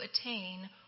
attain